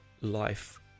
life